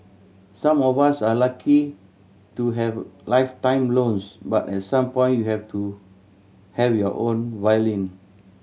some of us are lucky to have lifetime loans but at some point you have to have your own violin